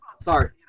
Sorry